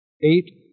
Eight